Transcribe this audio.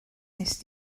wnest